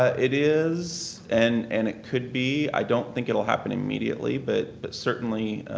ah it is and and it could be. i don't think it will happen immediately but certainly